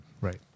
Right